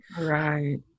right